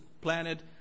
planet